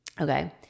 Okay